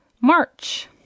March